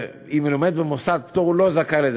אם הוא לומד במוסד פטור, הוא לא זכאי לזה.